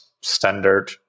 standard